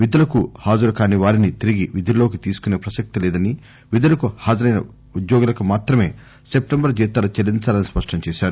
విధులకు హాజరు కానివారిని తిరిగి విధుల్లోకి తీసుకునే ప్రసక్తి లేదని విధులకు హాజరైన ఉద్యోగులకు మాత్రమే సెప్టెంబర్ జీతాలు చెల్లించాలని స్పష్టం చేశారు